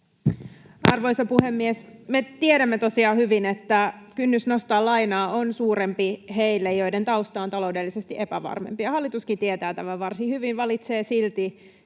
Arvoisa puhemies! Me tiedämme tosiaan hyvin, että kynnys nostaa lainaa on suurempi heille, joiden tausta on taloudellisesti epävarmempi. Hallituskin tietää tämän varsin hyvin ja valitsee silti